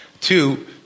Two